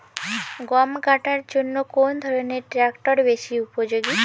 গম কাটার জন্য কোন ধরণের ট্রাক্টর বেশি উপযোগী?